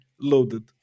loaded